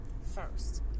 first